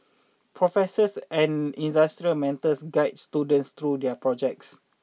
professors and industry mentors guide students through their projects